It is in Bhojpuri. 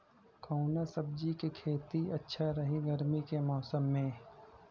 कवना सब्जी के खेती अच्छा रही गर्मी के मौसम में?